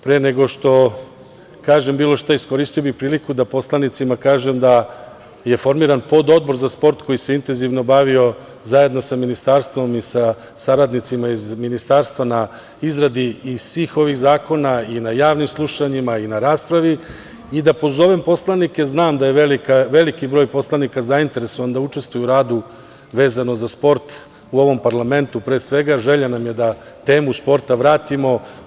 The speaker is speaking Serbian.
Pre nego što kažem bilo šta, iskoristio bih priliku da poslanicima kažem da je formiran Pododbor za sport koji se intenzivno bavio, zajedno sa Ministarstvom i sa saradnicima iz Ministarstva na izradi i svih ovih zakona i na javnim slušanjima i na raspravi i da pozovem poslanike, znam da je veliki broj poslanika zainteresovan da učestvuje u radu vezano za sport u ovom parlamentu, pre svega, želja nam je da temu sporta vratimo.